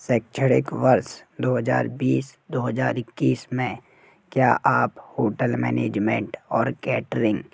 शैक्षणिक वर्ष दो हज़ार बीस दो हज़ार इक्कीस में क्या आप होटल मैनेजमेंट और केटरिंग